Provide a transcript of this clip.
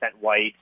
white